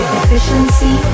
efficiency